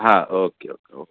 हां okay okay okay